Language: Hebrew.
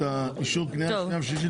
נדמה את האישור בקריאה שנייה ושלישית